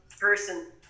person